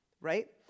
Right